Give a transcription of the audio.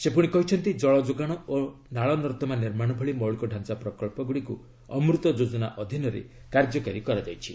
ସେ କହିଛନ୍ତି ଜଳ ଯୋଗାଣ ଓ ନାଳନର୍ଦମା ନିର୍ମାଣ ଭଳି ମୌଳିକ ଢାଞ୍ଚା ପ୍ରକଳ୍ପଗୁଡ଼ିକୁ ଅମୃତ ଯୋଜନା ଅଧୀନରେ କାର୍ଯ୍ୟକାରୀ କରାଯାଇଛି